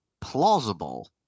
plausible